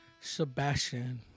Sebastian